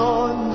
on